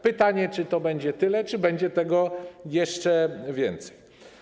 Pytanie, czy to będzie tyle, czy będzie tego jeszcze więcej.